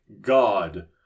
God